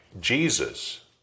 Jesus